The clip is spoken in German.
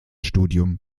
studium